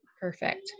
Perfect